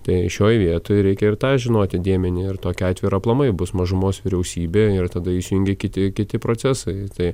tai šioj vietoj reikia ir tą žinoti dėmenį ir tokiu atveju ir aplamai bus mažumos vyriausybė ir tada įsijungia kiti kiti procesai tai